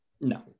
No